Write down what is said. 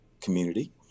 community